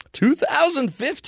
2015